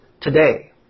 today